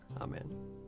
Amen